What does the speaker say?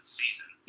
season